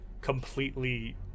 completely